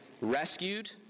rescued